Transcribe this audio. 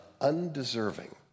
undeserving